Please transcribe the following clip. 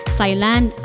Thailand